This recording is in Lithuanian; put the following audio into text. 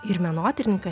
ir menotyrininką